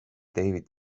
david